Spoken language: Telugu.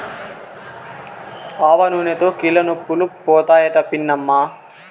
ఆవనూనెతో కీళ్లనొప్పులు పోతాయట పిన్నమ్మా